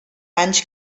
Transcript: anys